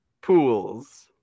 Pools